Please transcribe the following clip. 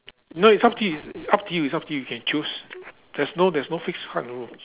no it's up to you it's it's up to you it's up to you you can choose there's no there's no fixed hard rules